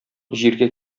җиргә